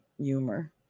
humor